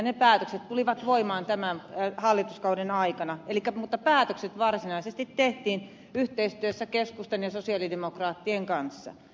ne päätökset tulivat voimaan tämän hallituskauden aikana mutta päätökset varsinaisesti tehtiin yhteistyössä keskustan ja sosialidemokraattien kanssa